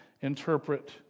interpret